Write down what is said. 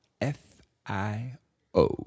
f-i-o